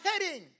heading